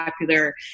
popular